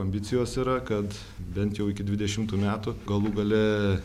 ambicijos yra kad bent jau iki dvidešimų metų galų gale